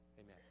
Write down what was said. amen